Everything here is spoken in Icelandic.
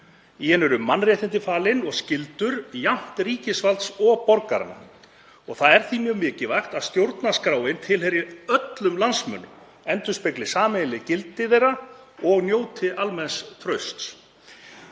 Í henni eru mannréttindi falin og skyldur, jafnt ríkisvalds sem borgaranna. Það er því mjög mikilvægt að stjórnarskráin tilheyri öllum landsmönnum, endurspegli sameiginleg gildi þeirra og njóti almenns trausts.